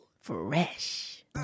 Fresh